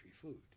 food